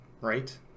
right